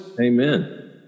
Amen